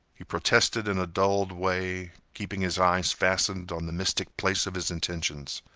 he protested in a dulled way, keeping his eyes fastened on the mystic place of his intentions.